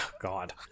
god